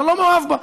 אני לא מאוהב בה.